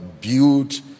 built